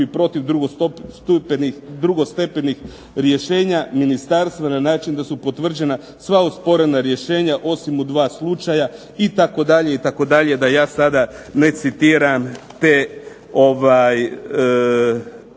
protiv drugostepenih rješenja ministarstva na način da su potvrđena sva osporena rješenja osim u dva slučaja itd., itd., da ja sada ne citiram te